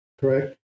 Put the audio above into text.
Correct